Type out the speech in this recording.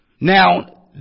Now